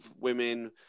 women